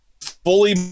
fully